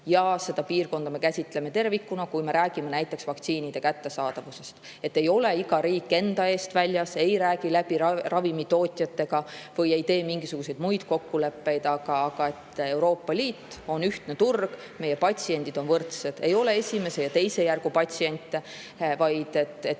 Seda piirkonda me käsitleme tervikuna. Kui me räägime näiteks vaktsiinide kättesaadavusest, siis ei ole iga riik enda eest väljas, ei räägi eraldi läbi ravimitootjatega ega tee mingisuguseid muid kokkuleppeid. Euroopa Liit on ühtne turg, meie patsiendid on võrdsed, ei ole esimese ja teise järgu patsiente. Saksa